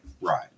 right